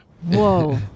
Whoa